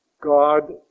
God